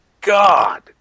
god